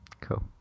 cool